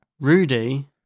Rudy